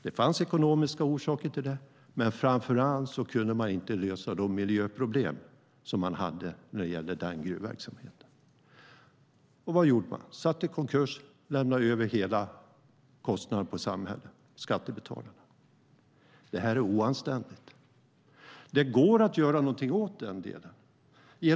Det fanns ekonomiska orsaker, men framför allt kunde man inte lösa de miljöproblem som man hade när det gäller gruvverksamheten. Och vad gjorde man? Man försatte det i konkurs och lämnade över hela kostnaden på samhället och skattebetalarna. Det är oanständigt. Det går att göra någonting åt den här delen.